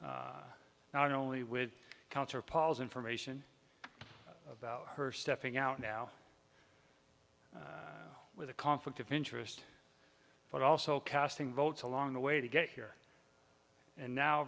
now only with counter paul's information about her stepping out now with a conflict of interest but also casting votes along the way to get here and now